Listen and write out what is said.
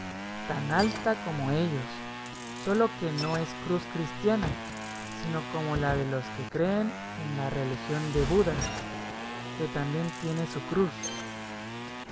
tan alta como ellos sólo que no es cruz cristiana sino como la de los que creen en la religión de buda que también tiene su cruz